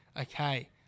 Okay